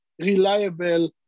reliable